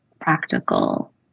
practical